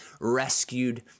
rescued